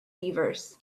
fevers